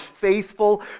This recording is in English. faithful